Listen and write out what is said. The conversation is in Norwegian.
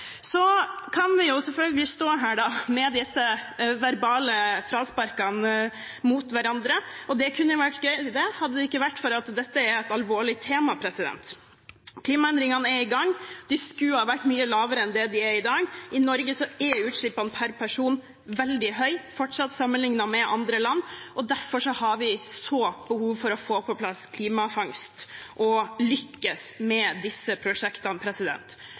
så langt ikke har sett fra denne regjeringen. Vi kan selvfølgelig stå her med disse verbale frasparkene mot hverandre. Det kunne vært gøy hadde det ikke vært for at dette er et alvorlig tema. Klimaendringene er i gang, og de skulle ha vært mye mindre enn de er i dag. I Norge er utslippene per person fortsatt veldig høye sammenlignet med andre land. Derfor har vi så stort behov for å få på plass klimafangst og lykkes med disse prosjektene.